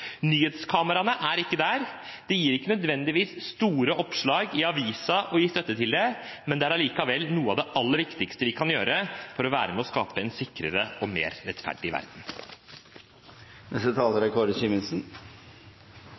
Nyhetskameraene er ikke der. Det gir ikke nødvendigvis store oppslag i avisen å gi støtte til det, men det er allikevel noe av det aller viktigste vi kan gjøre for å være med på å skape en sikrere og mer rettferdig verden. Jeg tar ordet fordi jeg i løpet av debatten har registrert at det er